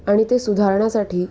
आणि ते सुधारण्यासाठी